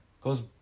goes